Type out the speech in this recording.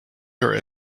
your